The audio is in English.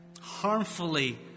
harmfully